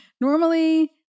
normally